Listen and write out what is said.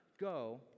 Go